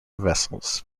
vessels